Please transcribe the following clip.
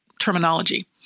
terminology